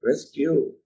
rescue